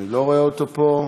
שאני לא רואה אותו פה,